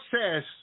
says